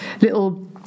little